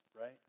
right